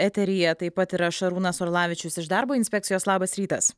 eteryje taip pat yra šarūnas orlavičius iš darbo inspekcijos labas rytas